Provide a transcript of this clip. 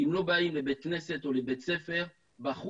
אם לא באים לבית כנסת או בית ספר בחוץ